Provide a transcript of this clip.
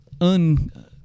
un-